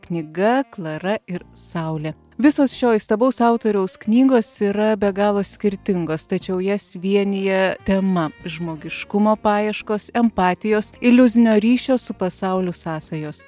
knyga klara ir saulė visos šio įstabaus autoriaus knygos yra be galo skirtingos tačiau jas vienija tema žmogiškumo paieškos empatijos iliuzinio ryšio su pasauliu sąsajos